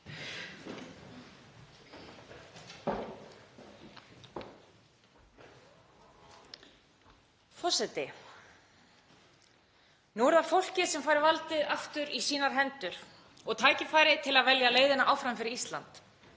Forseti. Nú er það fólkið sem fær valdið aftur í sínar hendur og tækifæri til að velja leiðina áfram fyrir Ísland.